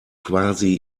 quasi